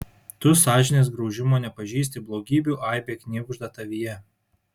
tu sąžinės graužimo nepažįsti blogybių aibė knibžda tavyje